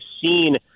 seen